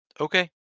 Okay